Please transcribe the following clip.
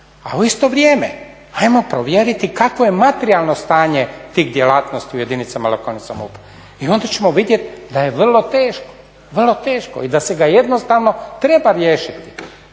A u isto vrijeme ajmo provjeriti kakvo je materijalno stanje tih djelatnosti u jedinicama lokalne samouprave i onda ćemo vidjeti da je vrlo teško i da se ga jednostavno treba riješiti,